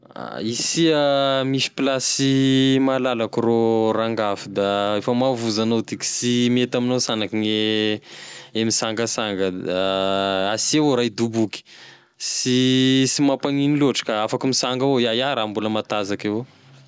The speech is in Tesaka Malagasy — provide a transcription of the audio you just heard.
Ah isia misy plasy malalaky rô rangaha f'da efa mavozo agnao ty da sy mety amignao sagnaky gne e misangasanga, da asia avao raha hidoboky, sy sy mampagnino loatry ka afaky misanga avao iaho, iaho raha mbola matanzaky evao.